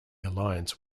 alliance